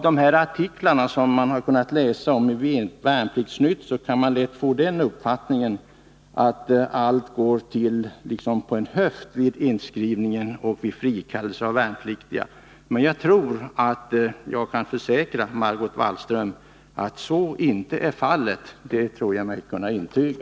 Efter att ha läst artiklarna i Värnplikts-Nytt kan man lätt få uppfattningen att allt går till liksom på en höft vid inskrivning och frikallelse av värnpliktiga. Jag tror inte, Margot Wallström, att så är fallet — det tror jag mig kunna intyga.